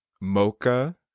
mocha